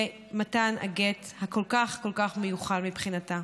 במתן הגט הכל-כך מיוחל מבחינתה.